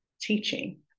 teaching